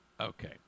Okay